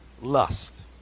lust